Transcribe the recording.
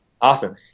Awesome